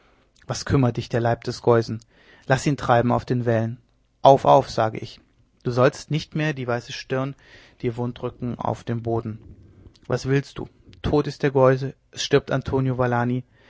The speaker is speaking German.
was kümmert dich der leib des geusen laß ihn treiben auf den wellen auf auf sage ich du sollst nicht mehr die weiße stirn dir wund drücken auf dem boden was willst du tot ist der geuse es stirbt antonio